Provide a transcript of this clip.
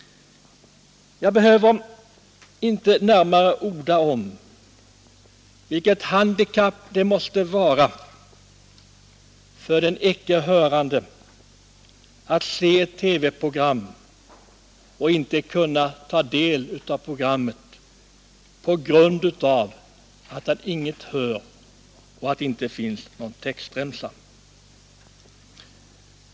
Jag behöver inte närmare utveckla vilket handikapp det måste vara för en icke hörande att se TV-program och inte kunna ta del av dem på grund av att han inget hör och att det inte finns någon textremsa.